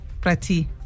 Prati